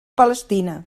palestina